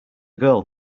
girl